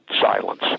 silence